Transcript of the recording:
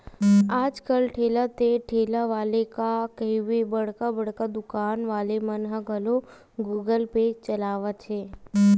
आज कल ठेला ते ठेला वाले ला कहिबे बड़का बड़का दुकान वाले मन ह घलोक गुगल पे चलावत हे